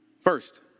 First